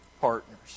partners